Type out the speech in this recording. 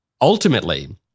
ultimately